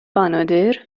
بنادر